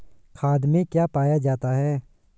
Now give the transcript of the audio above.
खाद में क्या पाया जाता है?